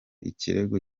ikirego